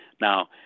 Now